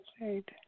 right